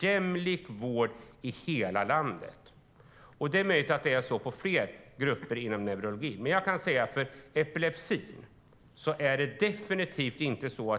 När det gäller epilepsi - och det är möjligt att det också gäller fler grupper inom neurologin - har vi definitivt inte någon